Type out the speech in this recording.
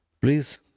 please